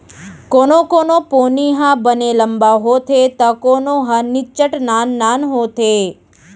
कोनो कोनो पोनी ह बने लंबा होथे त कोनो ह निच्चट नान नान होथे